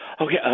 okay